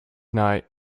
night